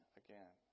again